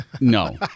No